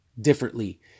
differently